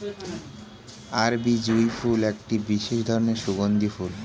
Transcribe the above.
আরবি জুঁই ফুল একটি বিশেষ ধরনের সুগন্ধি ফুল